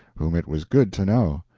whom it was good to know.